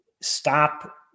stop